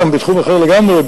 גם בתחום אחר לגמרי,